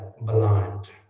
blind